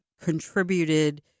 contributed